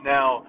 Now